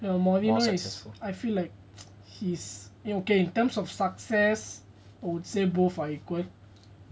mourinho is I feel like he is okay in terms of success I would say both are equal